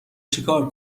چیکار